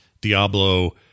Diablo